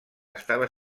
estava